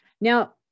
now